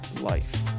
life